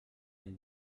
and